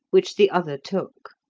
which the other took.